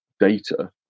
data